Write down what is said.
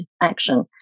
action